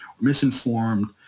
misinformed